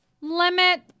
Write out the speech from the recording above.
Limit